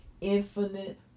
Infinite